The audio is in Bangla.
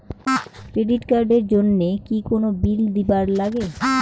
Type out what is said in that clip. ক্রেডিট কার্ড এর জন্যে কি কোনো বিল দিবার লাগে?